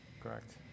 Correct